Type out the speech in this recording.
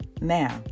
Now